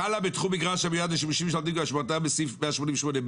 חלה בתחום מגרש המיועד לשימושים ממשלתיים כמשמעותה בסעיף 188(ב)(2),